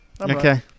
Okay